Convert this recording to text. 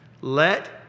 Let